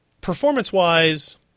Performance-wise